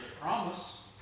promise